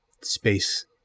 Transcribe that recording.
space